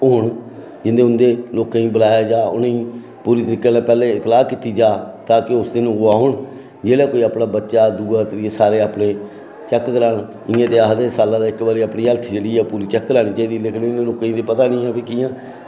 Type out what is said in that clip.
होन ते जि'नें जि'नें लोकें गी बुलाए दा उ'नेंगी इतलाह् कीती जा ताकी ओह् उस दिन औन जेल्लै कोई बच्चा अपना दूआ त्रीया अपने चैक्क करान ते आखदे कि सालै दी इक बारी जेह्ड़ी अपनी हैल्थ चेक करानी चाहिदी केइयें गी पता गै निं ऐ कि'यां